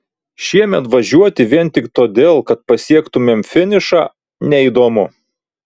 šiemet važiuoti vien tik todėl kad pasiektumėm finišą neįdomu